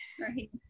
right